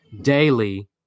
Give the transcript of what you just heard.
daily